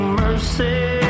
mercy